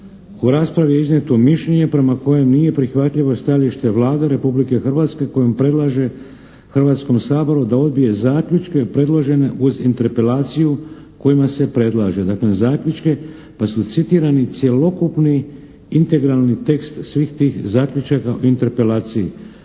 U raspravi iznijeto mišljenje prema kojem nije prihvatljivo stajalište Vlade Republike Hrvatske kojom predlaže Hrvatskom saboru da odbije zaključke predložene uz Interpelaciju kojima se predlaže, dakle zaključke, pa su citirani cjelokupni integralni tekst svih tih zaključaka u Interpelaciji.